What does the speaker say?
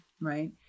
Right